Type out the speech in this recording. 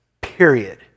Period